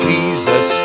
Jesus